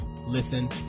listen